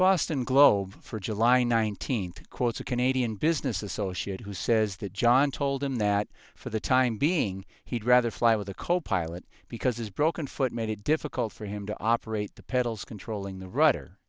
boston globe for july nineteenth quotes a canadian business associate who says that john told him that for the time being he'd rather fly with a copilot because his broken foot made it difficult for him to operate the pedals controlling the